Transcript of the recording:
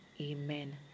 amen